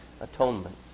atonement